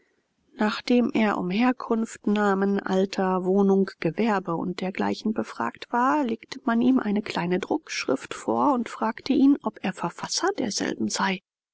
nachdem er um herkunft namen alter wohnung gewerbe und dergleichen befragt war legte man ihm eine kleine druckschrift vor und fragte ihn ob er verfasser derselben sei